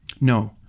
No